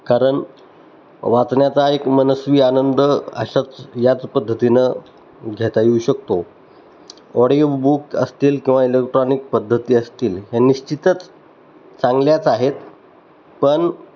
कारण वाचण्याचा एक मनस्वी आनंद अशाच याच पद्धतीनं घेता येऊ शकतो ऑडिओ बुक असतील किंवा इलेक्ट्रॉनिक पद्धती असतील हे निश्चितच चांगल्याच आहेत पण